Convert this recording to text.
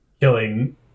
killing